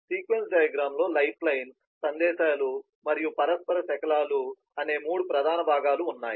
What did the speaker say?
sequence diagram లో lifeline సందేశాలు మరియు పరస్పర శకలాలు అనే మూడు ప్రధాన భాగాలు ఉన్నాయి